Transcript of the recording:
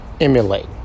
emulate